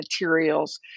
materials